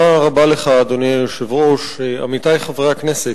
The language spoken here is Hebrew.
אדוני היושב-ראש, תודה רבה לך, עמיתי חברי הכנסת,